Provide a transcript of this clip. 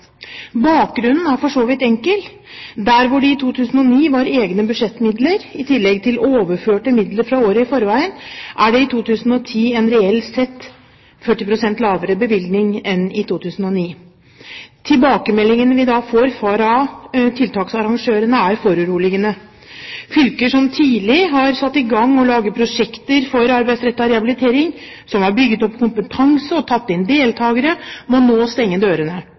Bakgrunnen er for så vidt enkel: Der det i 2009 var egne budsjettmidler, i tillegg til overførte midler fra året i forveien, er det i 2010 en reelt sett 40 pst. lavere bevilgning enn i 2009. Tilbakemeldingene vi får fra tiltaksarrangørene, er foruroligende. Fylker som tidlig har satt i gang å lage prosjekter for arbeidsrettet rehabilitering, som har bygget opp kompetanse og tatt inn deltagere, må nå stenge dørene.